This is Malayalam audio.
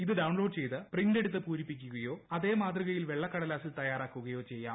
ഇത് ഡൌൺലോഡ് ചെയ്ത് പ്രിന്റ് എടുത്ത് പൂരിപ്പിക്കുകയോ അതേ മാതൃകയിൽ വെളളക്കടലാസിൽ തയ്യാറാക്കുകയോ ചെയ്യാം